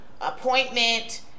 appointment